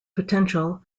potential